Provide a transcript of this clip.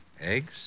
Eggs